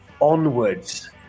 onwards